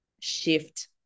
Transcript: shift